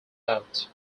out